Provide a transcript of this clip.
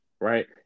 right